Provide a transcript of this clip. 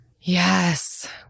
Yes